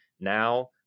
Now